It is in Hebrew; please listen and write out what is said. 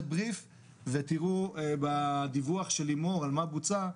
בריף ותראו בדיווח של לימור על מה בוצע,